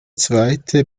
zweite